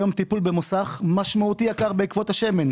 היום טיפול במוסך משמעותי יקר בעקבות השמן.